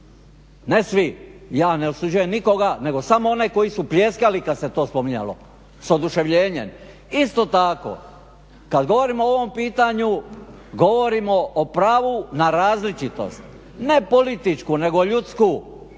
Ne svi, ja ne osuđujem nikoga nego samo oni koji su pljeskali kada se to spominjalo s oduševljenjem. Isto tako kada govorimo o ovom pitanju govorimo o pravu na različitost, ne političku, nego ljudsku.